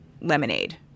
lemonade